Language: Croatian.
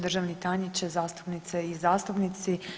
Državni tajniče, zastupnice i zastupnici.